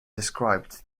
described